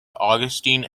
augustine